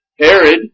Herod